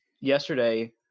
yesterday